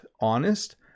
honest